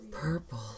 Purple